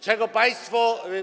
Czego państwo.